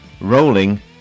Rolling